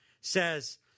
says